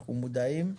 אנחנו מודעים.